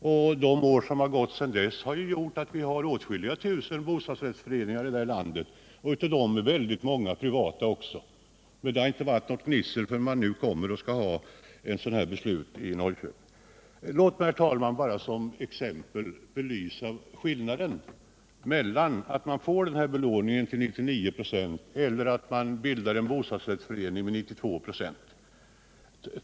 Under de år som har gått sedan dess har vi fått åtskilliga bostadsrättsföreningar, och av dem är ett stort antal privata. Men det har inte blivit något gnissel med anledning av detta förrän det här berörda beslutet i Norrköping blev aktuellt. Låt mig, herr talman, bara som exempel belysa skillnaden mellan en bostadsrättsförening som får belåning till 99 26 och en som bara får belåning till 92 96!